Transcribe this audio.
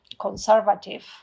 conservative